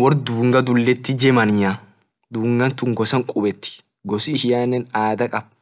Wor dunga duleti germany dungantun gosa kubetii gos ishiane adha kabdii